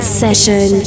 session